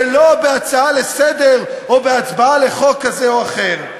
ולא בהצעה לסדר-היום או בהצבעה לחוק כזה אחר.